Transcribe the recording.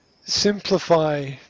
simplify